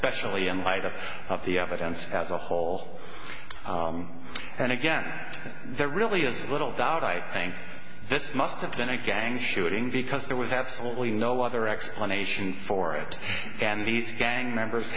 especially in light of the evidence as a whole and again there really is little doubt i think this must have been a gang shooting because there was absolutely no other explanation for it and these gang members